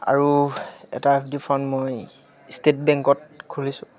আৰু এটা F D fund মই ষ্টেট বেংকত খুলিছোঁ